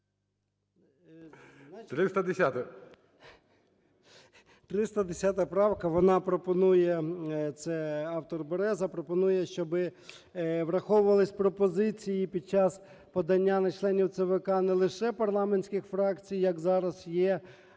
310 правка, вона пропонує, це автор Береза, пропонує, щоб враховувались пропозиції під час подання на членів ЦВК не лише парламентських фракцій, як зараз є,